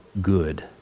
good